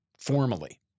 formally